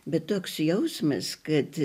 bet toks jausmas kad